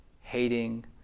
hating